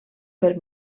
per